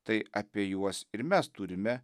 tai apie juos ir mes turime